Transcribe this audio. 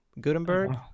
Gutenberg